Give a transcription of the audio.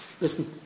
Listen